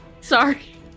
Sorry